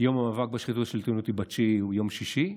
שיום המאבק בשחיתות השלטונית הוא ב-9, יום שישי.